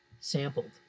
sampled